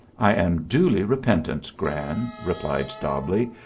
i am duly repentant, gran, replied dobbleigh,